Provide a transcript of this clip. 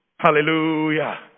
Hallelujah